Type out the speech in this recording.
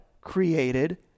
created